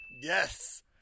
Yes